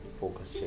focus